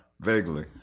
vaguely